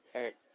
Hurt